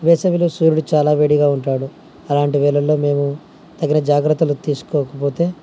వేసవిలో సూర్యుడు చాలా వేడిగా ఉంటాడు అలాంటి వేళ్లలలో మేము తగిన జాగ్రత్తలు తీసుకోకపోతే